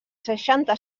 seixanta